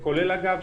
אגב,